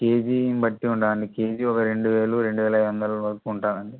KG బట్టి ఉంటాయండి KG ఒక రెండు వేలు రెండు వేల ఐదు వందల వరకు ఉంటాయండి